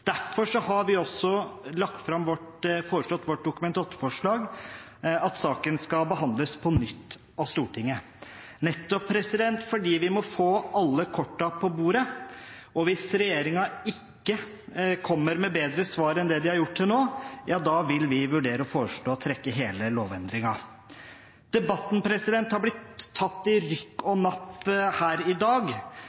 Derfor har vi også lagt fram et Dokument 8-forslag der det foreslås at saken skal behandles på nytt av Stortinget, nettopp fordi vi må få alle kortene på bordet. Hvis regjeringen ikke kommer med bedre svar enn det den har gjort til nå, vil vi vurdere å foreslå å trekke hele lovendringen. Debatten har blitt tatt i rykk og napp her i dag.